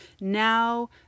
Now